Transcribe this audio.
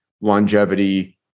longevity